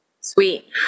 Sweet